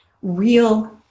real